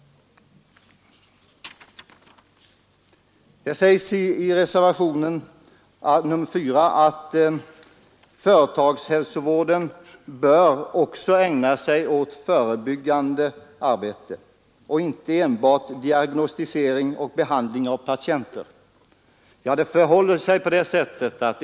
I reservationen sägs att företagshälsovården också bör ägna sig åt förebyggande arbete och inte enbart åt diagnostisering och behandling av patienter.